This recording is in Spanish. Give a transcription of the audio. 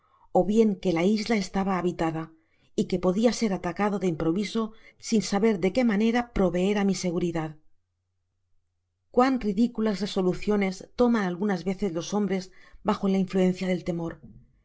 ó bien que la isla estaba habitada y que podia ser atacado de improvise sin saber de qué manera proveer á mi seguridad cuán ridiculas resoluciones toman algunas veces los hombres bajo la influencia del temor